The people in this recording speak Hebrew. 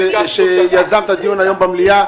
סופר שיזם את הדיון היום במליאה.